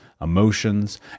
emotions